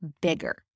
bigger